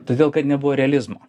todėl kad nebuvo realizmo